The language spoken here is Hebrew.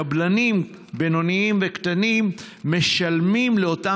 קבלנים בינוניים וקטנים משלמים לאותן